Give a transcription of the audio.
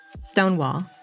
Stonewall